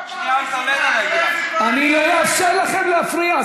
עוד שנייה, אני לא אאפשר לכם להפריע.